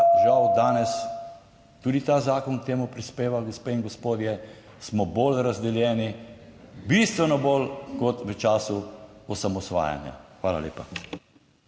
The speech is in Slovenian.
žal danes tudi ta zakon k temu prispeva gospe in gospodje, smo bolj razdeljeni. Bistveno bolj kot v času osamosvajanja. Hvala lepa.